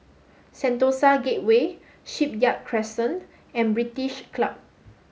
Sentosa Gateway Shipyard Crescent and British Club